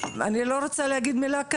אני לא רוצה להגיד מילה גסה,